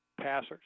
passers